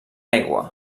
aigua